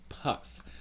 Puff